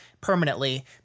permanently